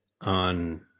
on